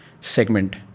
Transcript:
segment